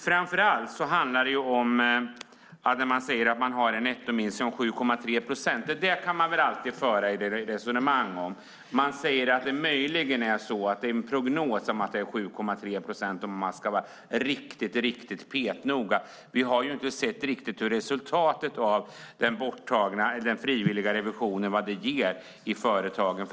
Framför allt handlar det om att man säger att det har skett en nettominskning på 7,3 procent av de administrativa kostnaderna. Det kan man alltid föra ett resonemang om. Det sägs att det möjligen är så. Om man ska vara petnoga är det en prognos som visar att det är 7,3 procent. Vi har inte riktigt sett resultatet av vad den frivilliga revisionen ger för företagen.